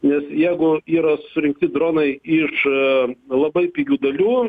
nes jeigu yra surinkti dronai iš labai pigių dalių